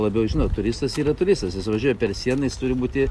labiau žinot turistas yra turistas jis važiuoja per sieną jis turi būti